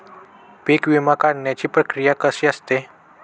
पीक विमा काढण्याची प्रक्रिया कशी असते?